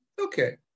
okay